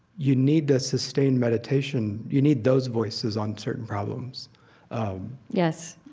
you need the sustained meditation you need those voices on certain problems yes,